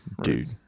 dude